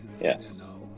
Yes